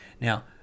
Now